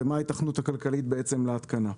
ומה ההיתכנות הכלכלית להתקנה.